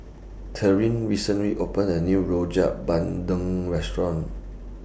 Tyree recently opened A New Rojak Bandung Restaurant